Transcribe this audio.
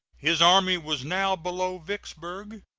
his army was now below vicksburg,